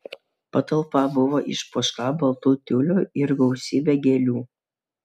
patalpa buvo išpuošta baltu tiuliu ir gausybe gėlių